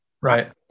Right